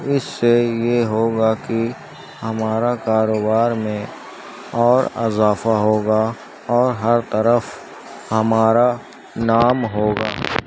اس سے یہ ہوگا کہ ہمارا کاروبار میں اور اضافہ ہوگا اور ہر طرف ہمارا نام ہوگا